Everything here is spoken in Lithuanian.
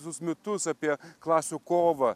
visus mitus apie klasių kovą